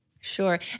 Sure